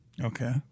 Okay